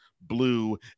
blue